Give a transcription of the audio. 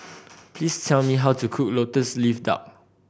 please tell me how to cook Lotus Leaf Duck